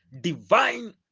divine